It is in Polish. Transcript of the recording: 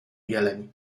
jeleń